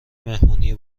مهمونی